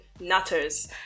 nutters